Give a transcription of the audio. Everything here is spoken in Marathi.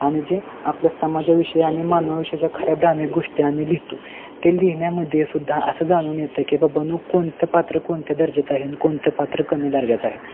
आणि जे आपल्या समाजाविषयी आणि मानवाविषयी ज्या खऱ्या भ्राम्य गोष्टी आम्ही लिहीतो ते लिहिण्यामध्ये सुद्धा असं जाणवून येतं की बाबानू कोणते पात्र कोणत्या दर्जाचं आहे आणि कोणतं पात्र कमी दर्जाचं आहे